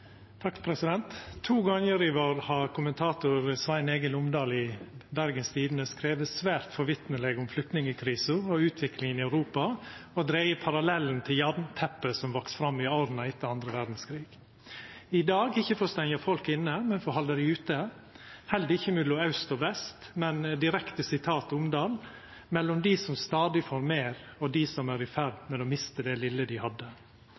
To gongar i vår har kommentator Sven Egil Omdal i Bergens Tidende skrive svært forvitneleg om flyktningkrisa og utviklinga i Europa og dreia parallellen til jarnteppet som vaks fram i åra etter andre verdskrig. I dag er det ikkje for å stengja folk inne, men for å halda dei ute – det er heller ikkje mellom aust og vest, men direkte sitat Omdal: «mellom de som stadig får mer og de som er i ferd med å miste det lille de